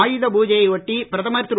ஆயுதபூஜையை ஒட்டி பிரதமர் திரு